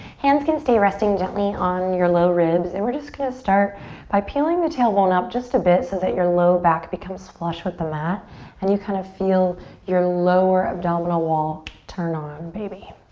hands can stay resting gently on your low ribs and we're just gonna start by peeling the tailbone up just a bit so that your low back becomes flush with the mat and you kind of feel your lower abdominal wall turn on, baby.